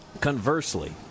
conversely